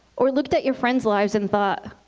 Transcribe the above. or looked at your friends' lives and thought,